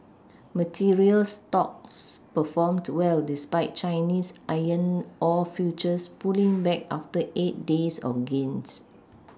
materials stocks performed well despite Chinese iron ore futures pulling back after eight days of gains